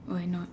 why not